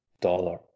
dollar